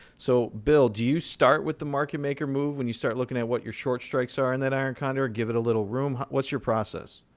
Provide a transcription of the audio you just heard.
so bill, do you start with the market maker move when you start looking at what your short strikes are on and that iron condor? give it a little room? what's your process?